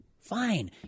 fine